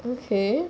okay